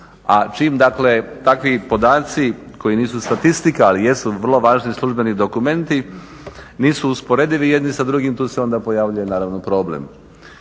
dakle takvi podaci koji nisu statistika, ali jesu vrlo važni službeni dokumenti, nisu usporedivi jedni sa drugim tu se onda pojavljuje naravno problem.